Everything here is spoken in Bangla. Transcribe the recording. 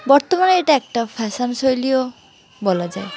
বর্তমানে এটা একটা ফ্যাশন শৈলীও বলা যায়